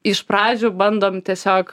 iš pradžių bandom tiesiog